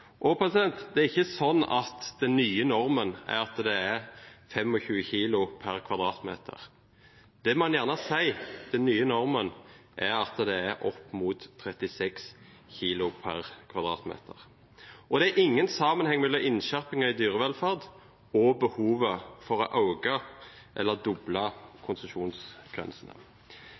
Og det er ikke sånn at den nye normen er at det er 25 kilo per m2. Det må en gjerne si, men den nye normen er at det er opp mot 36 kilo per m2. Det er heller ingen sammenheng mellom innskjerpingen av dyrevelferden og behovet for å øke eller doble konsesjonsgrensene.